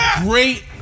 great